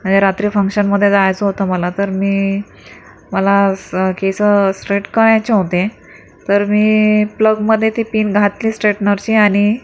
म्हणजे रात्री फंक्शनमध्ये जायचं होतं मला तर मी मला स केसं स्ट्रेट करायचे होते तर मी प्लगमध्ये ती पिन घातली स्ट्रेटनरची आणि